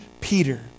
Peter